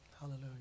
Hallelujah